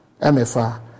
MFA